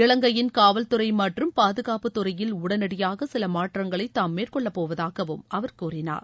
இலங்கையின் காவல்துறை மற்றும் பாதுகாப்பு துறையில் உடனடியாக சில மாற்றங்களை தாம் மேற்கொள்ளப்போவதாகவும் அவர் கூறினார்